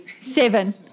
Seven